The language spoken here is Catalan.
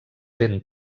ben